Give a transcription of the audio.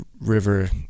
river